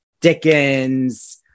Dickens